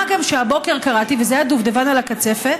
מה גם שהבוקר קראתי, וזה הדובדבן על הקצפת,